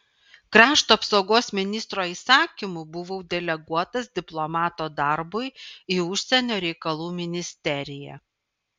krašto apsaugos ministro įsakymu buvau deleguotas diplomato darbui į užsienio reikalų ministeriją